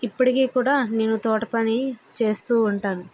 ఇప్పటికి కూడా నేను తోటపని చేస్తూ ఉంటాను